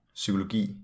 psykologi